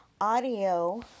audio